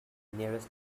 nearest